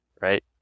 right